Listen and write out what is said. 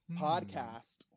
Podcast